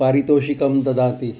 पारितोषिकं ददाति